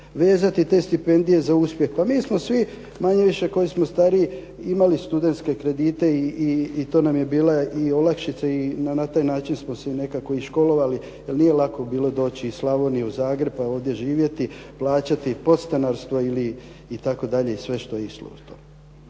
vezati te stipendije za uspjeh. Pa mi smo svi, manje-više koji smo stariji imali studentske kredite i to nam je bila i olakšica i na taj način smo se nekako i školovali, jer nije lako bilo doći iz Slavonije u Zagreb pa ovdje živjeti, plaćati podstanarstvo itd. i sve što je išlo uz to.